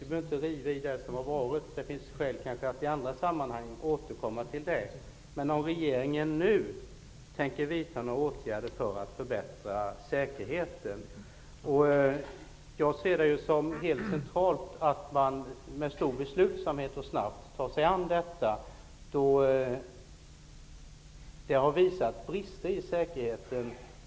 Vi behöver inte riva i det som har varit. Det finns kanske skäl att i andra sammanhang återkomma till det, men tänker regeringen nu vidta några åtgärder för att förbättra säkerheten? Jag ser det som helt centralt att man snabbt och med stor beslutsamhet tar sig an säkerheten.